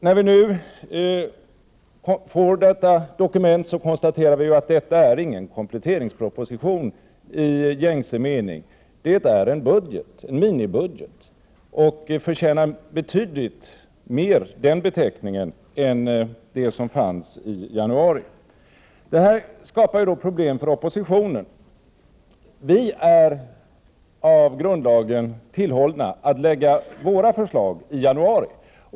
När vi nu får detta dokument kan vi konstatera att det inte är någon kompletteringsproposition i gängse mening. Det är en budget, minibudget, som betydligt mer förtjänar den beteckningen än det förslag som fanns i januari. Detta skapar problem för oppositionen. Vi är enligt grundlagen tillhållna att lägga fram våra förslag i januari.